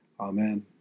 Amen